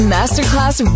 Masterclass